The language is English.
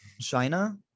China